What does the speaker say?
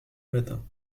matin